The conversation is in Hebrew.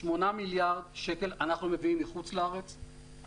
8 מיליארד שקל אנחנו מביאים מחו"ל לישראל.